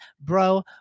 bro